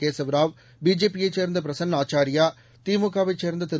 கேசவ ராவ் பிஜேபியைச் சேர்ந்த பிரசன்ன ஆச்சாரியா திமுகவைச் சேர்ந்த திரு